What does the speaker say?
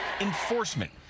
enforcement